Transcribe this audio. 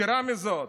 יתרה מזאת,